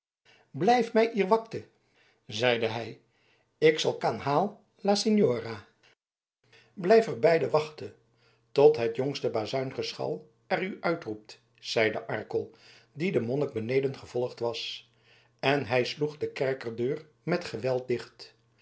blijf mij ier wakte zeide hij ik zal kaan haal la signora blijft er beiden wachten tot het jongste bazuingeschal er u uitroept zeide arkel die den monnik beneden gevolgd was en hij sloeg de kerkerdeur met geweld